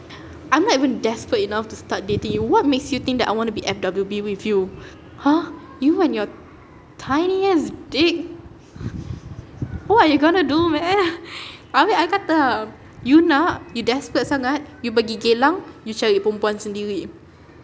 I'm not even desperate enough to start dating you what makes you think that I want to be F_W_B with you !huh! you and yourtiny ass dickwhat are you going to do man I mean I kata ah you nak you desperate sangat you pergi geylang you cari perempuan sendiri